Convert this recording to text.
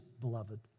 beloved